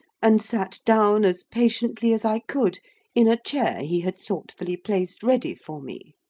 and sat down as patiently as i could in a chair he had thoughtfully placed ready for me.